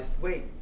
Wait